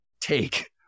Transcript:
take